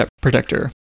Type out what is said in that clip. protector